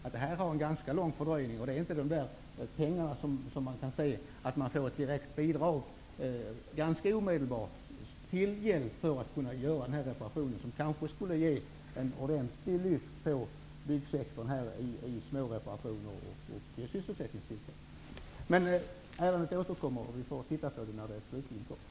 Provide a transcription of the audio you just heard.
Det blir en ganska lång fördröjning, och man kan inte ganska omedelbart se att man får ett direkt bidrag till genomförandet av småreparationer, som kanske skulle kunna ge ett ordentligt lyft för byggsektorn i form av sysselsättningstillfällen. Men ärendet återkommer, och vi får se på det när det slutligen skall upp till behandling.